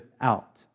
out